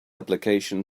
application